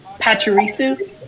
Pachirisu